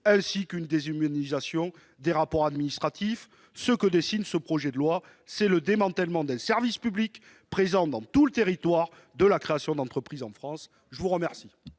ainsi qu'une déshumanisation des rapports administratifs. Ce que dessine ce projet de loi, c'est le démantèlement d'un service public, présent dans tout le territoire, de la création d'entreprise en France. Quel